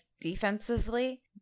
defensively